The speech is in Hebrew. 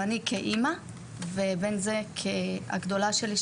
אני כאמא ובין אם זו הילדה הגדולה שלי,